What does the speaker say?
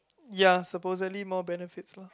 ya supposedly more benefits lah